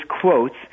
quotes